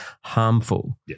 harmful